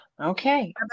Okay